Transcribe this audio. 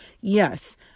Yes